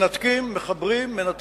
מנתקים, מחברים, מנתקים,